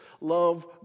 love